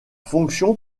fonction